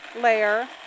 layer